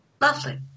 Lovely